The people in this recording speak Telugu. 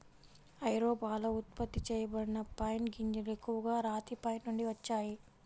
ఐరోపాలో ఉత్పత్తి చేయబడిన పైన్ గింజలు ఎక్కువగా రాతి పైన్ నుండి వచ్చాయి